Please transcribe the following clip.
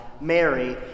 Mary